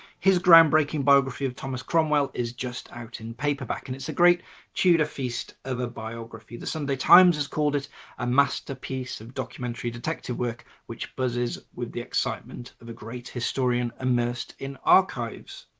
his ground-breaking biography of thomas cromwell is just out in paperback and it's a great tudor feast of a biography. the sunday times has called it a masterpiece of documentary detective work which buzzes with the excitement of a great historian immersed in archives.